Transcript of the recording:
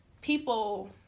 people